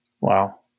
Wow